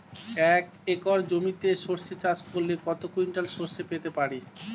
এক একর জমিতে সর্ষে চাষ করলে কত কুইন্টাল সরষে পেতে পারি?